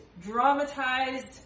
dramatized